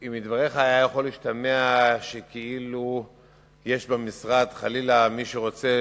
כי מדבריך יכול היה להשתמע שכאילו יש במשרד מי שרוצה